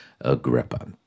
Agrippa